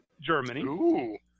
Germany